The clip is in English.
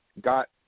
got